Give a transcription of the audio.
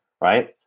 Right